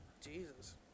Jesus